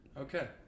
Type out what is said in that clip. okay